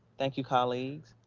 thank you, colleagues.